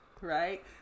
right